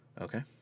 Okay